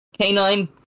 canine